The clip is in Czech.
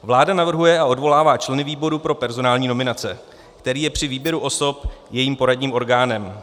Vláda navrhuje a odvolává členy výboru pro personální nominace, který je při výběru osob jejím poradním orgánem.